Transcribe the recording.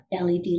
LED